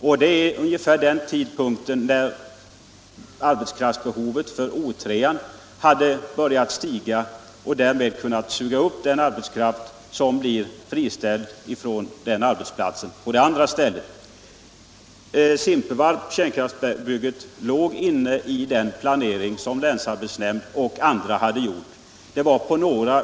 Och då skulle arbetskraftsbehovet för O 3 ha börjat stiga - därmed hade man kunnat suga upp den arbetskraft som blir friställd från arbetsplatsen i Mönsterås. Kärnkraftsbygget i Simpevarp låg med i den planering som länsarbetsnämnd och andra hade gjort.